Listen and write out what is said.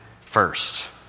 first